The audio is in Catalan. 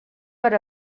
per